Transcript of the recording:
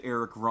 Eric